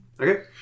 Okay